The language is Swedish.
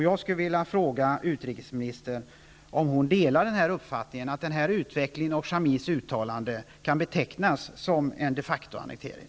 Jag skulle vilja fråga utrikesministern om hon delar uppfattningen att den här utvecklingen och Shamirs uttalande kan betecknas som en de factoannektering.